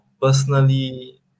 personally